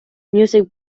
music